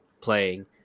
playing